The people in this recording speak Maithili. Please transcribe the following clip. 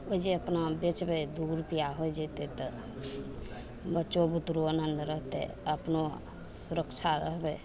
ओइजाँ अपना बेचब दू गो रूपैआ होइ जेतय तऽ बच्चो बुतुरू आनन्द रहितय अपनो सुरक्षा रहबय